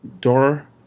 door